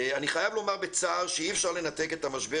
אני חייב לומר בצער שאי אפשר לנתק את המשבר